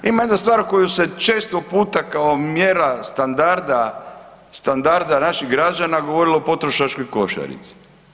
Ima jedna stvar koju se često puta kao mjera standarda naših građana govorilo o potrošačkoj košarici.